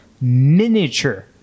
miniature